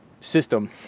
system